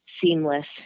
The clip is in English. seamless